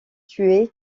tuer